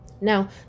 now